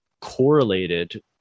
correlated